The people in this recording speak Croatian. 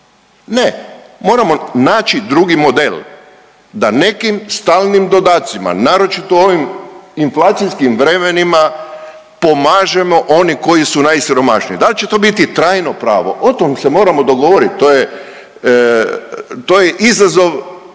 Ne. Moramo naći drugi model da nekim stalnim dodacima naročito u ovim inflacijskim vremenima pomažemo one koji su najsiromašniji. Da li će to biti trajno pravo o tome se moramo dogovoriti. To je, to